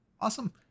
Awesome